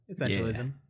Essentialism